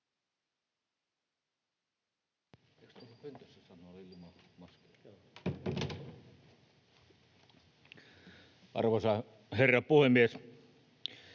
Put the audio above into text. Arvoisa herra puhemies!